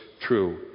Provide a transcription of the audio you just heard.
true